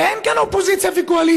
הרי אין כאן אופוזיציה וקואליציה,